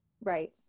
Right